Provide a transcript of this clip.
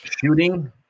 shooting